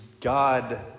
God